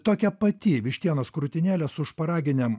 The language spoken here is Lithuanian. tokia pati vištienos krūtinėlė su šparaginėm